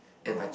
(uh huh)